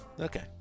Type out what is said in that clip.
Okay